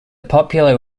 popular